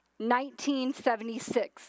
1976